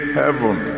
heaven